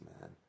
man